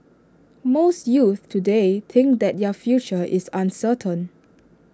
most youths today think that their future is uncertain